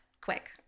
quick